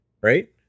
right